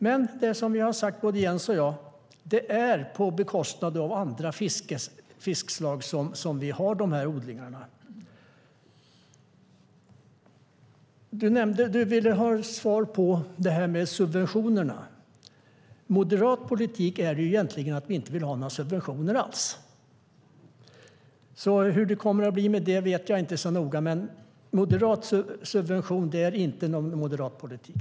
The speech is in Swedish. Men som både Jens och jag har sagt sker odlingen på bekostnad av andra fiskslag. Jens Holm ville ha svar på en fråga om subventioner. Moderat politik är egentligen att inte ha några subventioner alls. Hur det kommer att bli med det i det här fallet vet jag inte så noga, men subventioner är inte någon moderat politik.